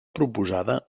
proposada